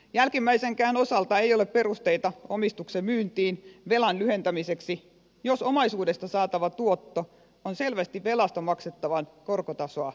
jälkimmäisenkään osalta ei ole perusteita omistuksen myyntiin velan lyhentämiseksi jos omaisuudesta saatava tuotto on selvästi velasta maksettavaa korkotasoa suurempaa